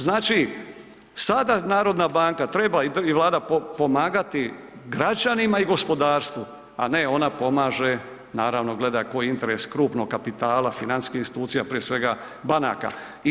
Znači sada narodna banka treba i Vlada pomagati građanima i gospodarstvu, a ne ona pomaže naravno gleda koji je interes krupnog kapitala, financijskih institucija prije svega banaka.